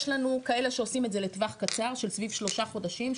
יש לנו כאלה שעושים את זה לטווח קצר של סביב שלושה חודשים,